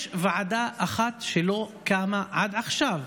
יש רק ועדה אחת שלא קמה עד עכשיו,